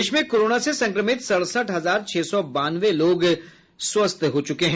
देश में कोरोना से संक्रमित सड़सठ हजार छह सौ बानवे लोग स्वस्थ हुए हैं